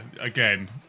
again